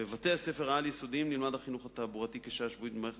בבתי-הספר העל-יסודיים נלמד החינוך התעבורתי במסגרת שעה שבועית במערכת